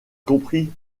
compris